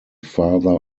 father